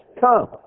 come